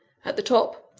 at the top,